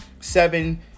seven